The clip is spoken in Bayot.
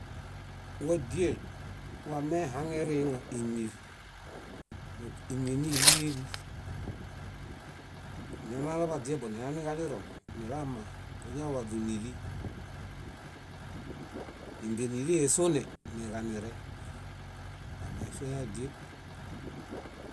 Wádiel wamehaŋeriŋa ímieṗ. Dõk ímienilieli. Añanalo baźiebo nilaniġalirõ, nilamma, kuñawaźu níli, nímbenilihesone, niġanireŋ. Wamefiaya díe.